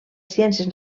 ciències